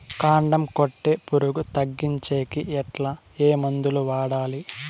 కాండం కొట్టే పులుగు తగ్గించేకి ఎట్లా? ఏ మందులు వాడాలి?